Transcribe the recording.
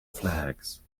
flags